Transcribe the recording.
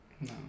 No